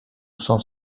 sens